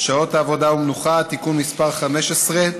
שעות עבודה ומנוחה (תיקון מס' 15)